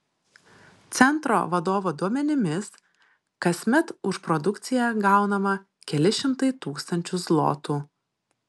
centro vadovo duomenimis kasmet už produkciją gaunama keli šimtai tūkstančių zlotų